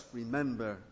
remember